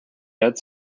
dead